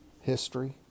history